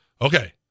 Okay